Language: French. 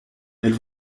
elle